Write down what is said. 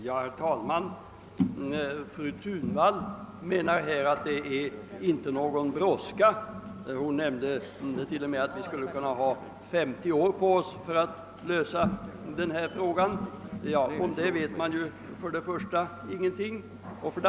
Herr talman! Fru Thunvall anser att det inte är någon brådska. Hon nämnde att vi skulle kunna ha 50 år på oss för att lösa denna fråga. Om det vet man ju ingenting.